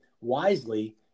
wisely